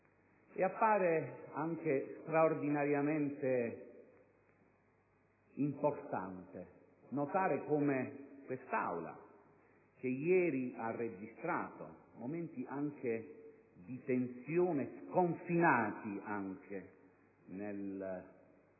E appare anche straordinariamente importante notare come quest'Aula, che ieri ha registrato anche momenti di tensione sconfinata fuori